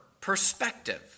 perspective